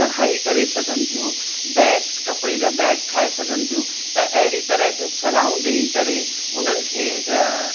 कढ़ाई करे सघनि थियूं बैग्स कपिड़े जा बैग ठाहे सघनि थियूं त अहिड़ी तरह जी सलाहूं ॾई करे उन्हनि खे